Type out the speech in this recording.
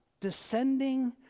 descending